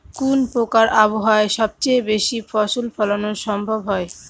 কোন প্রকার আবহাওয়ায় সবচেয়ে বেশি ফসল ফলানো সম্ভব হয়?